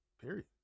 Period